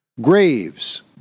Graves